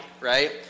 right